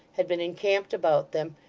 had been encamped about them,